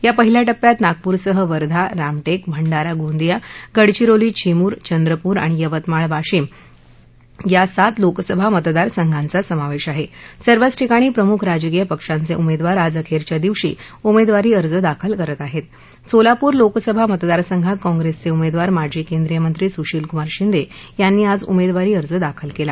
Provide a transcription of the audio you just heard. या पहिल्या टप्प्यात नागपूरसह वर्धा रामटक्री भंडारा गोंदिया गडचिरोली चिमूर चंद्रपूर आणि यवतमाळ वाशिम या सात लोकसभा मतदारसंघांचा समावधीआहा सर्वच ठिकाणी प्रमुख राजकीय पक्षांचा उमद्विर आज अखख्या दिवशी उमद्विरी अर्ज दाखल करत आहत्त सोलापूर लोकसभा मतदारसंघात काँग्रस्प्रिउमद्वार माजी केंद्रीय मंत्री सुशिलकुमार शिंद्र्यांनी आज उमद्वारी अर्ज दाखल कला